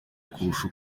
kurusha